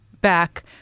back